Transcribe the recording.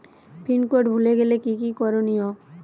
Pin code ভুলে গেলে কি কি করনিয়?